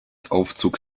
aufzug